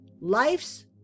life's